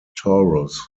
torus